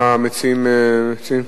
מה המציעים מציעים?